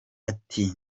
ati